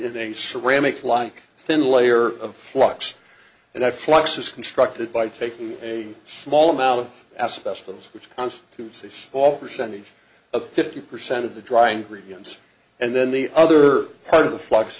of a ceramic like thin layer of flux and i flux is constructed by taking a small amount of asbestos which constitutes a small percentage of fifty percent of the dry ingredients and then the other part of the flux